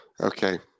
Okay